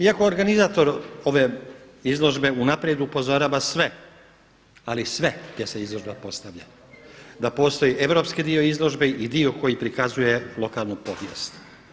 Iako organizator ove izložbe unaprijed upozorava sve, ali sve gdje se izložba postavlja da postoji europski dio izložbe i dio koji prikazuje lokalnu povijest.